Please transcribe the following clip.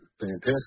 fantastic